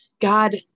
God